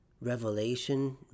revelation